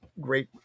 great